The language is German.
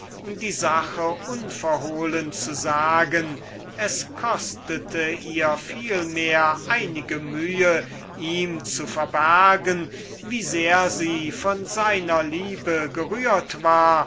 die vorzüge des callias zu sein und es kostete ihr würklich so gesetzt sie auch war einige mühe ihm zu verbergen wie sehr sie von seiner liebe gerührt war